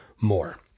more